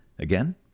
Again